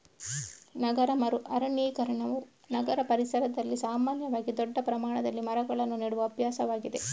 ನಗರ ಮರು ಅರಣ್ಯೀಕರಣವು ನಗರ ಪರಿಸರದಲ್ಲಿ ಸಾಮಾನ್ಯವಾಗಿ ದೊಡ್ಡ ಪ್ರಮಾಣದಲ್ಲಿ ಮರಗಳನ್ನು ನೆಡುವ ಅಭ್ಯಾಸವಾಗಿದೆ